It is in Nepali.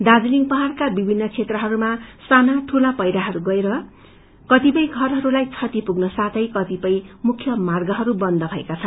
दार्जीलिङ पाहाङका विभिन्न क्षेत्रहरूमा साना दूला पैझोहरू गएर कतिपय घरहरूलाई क्षति पुग्न साथै कतिपय मुख्य मार्गहरू बन्द भएका छन्